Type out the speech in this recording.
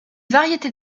variété